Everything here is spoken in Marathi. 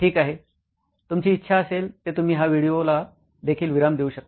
ठीक आहे तुमची इच्छा असेल ते तुम्ही हा व्हिडिओ ला देखील विराम देऊ शकता